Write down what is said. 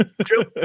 True